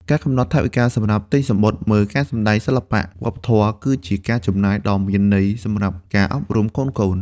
ការកំណត់ថវិកាសម្រាប់ទិញសំបុត្រមើលការសម្តែងសិល្បៈវប្បធម៌ គឺជាការចំណាយដ៏មានន័យសម្រាប់ការអប់រំកូនៗ។